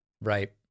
right